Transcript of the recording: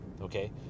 okay